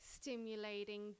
stimulating